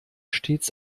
stets